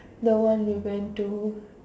the one we went to